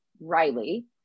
Riley